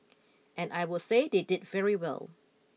and I will say they did very well